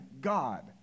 God